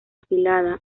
afiliada